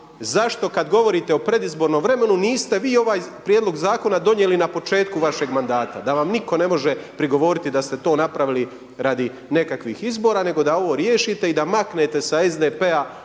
zašto kada govorite o predizbornom vremenu niste vi ovaj prijedlog zakona donijeli na početku vašeg mandata, da vam nitko ne može prigovoriti da ste to napravili radi nekakvih izbora nego da ovo riješite i da maknete sa SDP-a